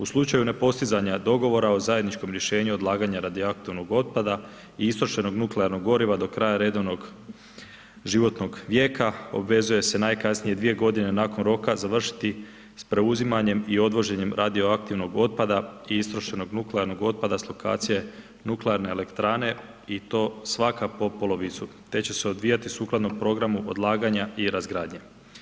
U slučaju nepostizanja dogovora o zajedničkom rješenju odlaganja radioaktivnog otpada istrošenog nuklearnog goriva do kraja redovnog životnog vijeka, obvezuje se najkasnije 2 g. nakon roka, završiti s preuzimanjem i odvoženjem radioaktivnog otpada i istrošenog nuklearnog otpada s lokacije nuklearne elektrane i to svaka po polovicu te će se odvijati sukladno programu odlaganja i razgradnje.